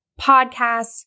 podcasts